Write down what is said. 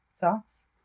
Thoughts